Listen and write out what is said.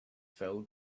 fell